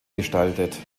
gestaltet